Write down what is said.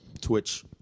Twitch